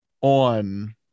on